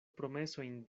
promesojn